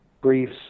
briefs